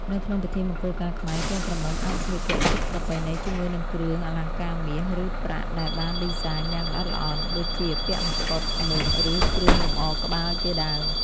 នៅក្នុងពិធីមង្គលការខ្មែរ កូនក្រមុំអាចស្លៀកពាក់ឈុតប្រពៃណីជាមួយនឹងគ្រឿងអលង្ការមាស ឬ ប្រាក់ដែលបានឌីហ្សាញយ៉ាងល្អិតល្អន់ ដូចជាពាក់មកុដ មួក ឬ គ្រឿងលម្អក្បាលជាដើម។